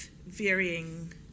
Varying